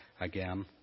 again